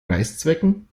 reißzwecken